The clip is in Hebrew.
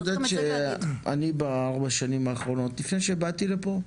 אני בארבעת השנים האחרונות לפני שבאתי לפה,